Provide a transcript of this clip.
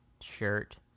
shirt